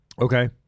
Okay